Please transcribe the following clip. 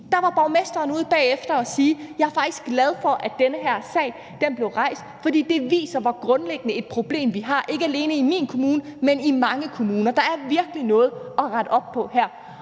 der var borgmesteren ude bagefter at sige: Jeg er faktisk glad for, at den her sag blev rejst, for det viser, hvor grundlæggende et problem vi har, ikke alene i min kommune, men i mange kommuner; der er virkelig noget at rette op på her.